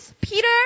Peter